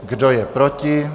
Kdo je proti?